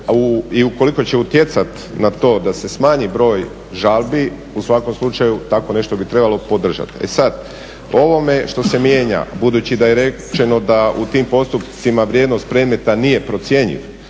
i ukoliko će utjecati na to da se smanji broj žalbi, u svakom slučaju tako nešto bi trebalo podržati. E sad, ovome što se mijenja, budući da je rečeno da u tim postupcima vrijednost predmeta nije procjenjiv,